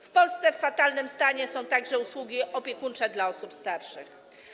W Polsce w fatalnym stanie są także usługi opiekuńcze dla osób starszych.